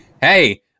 Hey